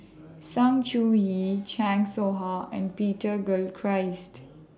Sng Choon Yee Chan Soh Ha and Peter Gilchrist